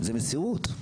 זאת מציאות.